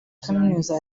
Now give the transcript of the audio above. kaminuza